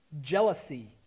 jealousy